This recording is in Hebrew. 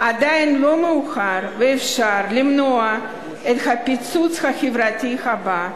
עדיין לא מאוחר ואפשר למנוע את הפיצוץ החברתי הבא.